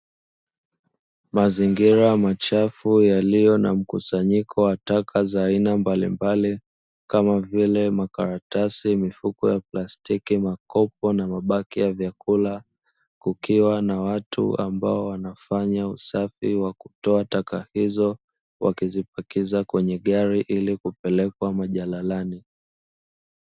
Mazingira machafu yaliyo na mkusanyiko wa taka za aina mbalimbali kama vile makaratasi, mifuko, plastiki, makopo na mabaki ya vyakula kukiwa na watu ambao wanafanya usafi wa kutoa taka hizo wakizipakiza kwenye gari ili kupelekwa majalalani.